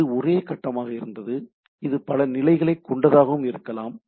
இது ஒரே கட்டமாக இருந்தது இது பல நிலைகளை கொண்டதாகவும் இருக்கலாம்